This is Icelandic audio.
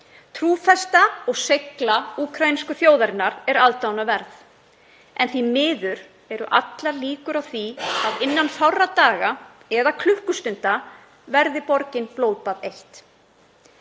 Trúfesta og seigla úkraínsku þjóðarinnar er aðdáunarverð, en því miður eru allar líkur á því að innan fárra daga eða klukkustunda verði borgin blóðbað eitt.